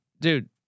Dude